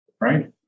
right